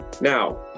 Now